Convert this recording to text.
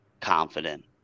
confident